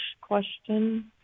question